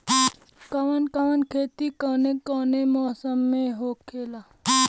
कवन कवन खेती कउने कउने मौसम में होखेला?